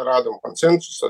radom konsensusą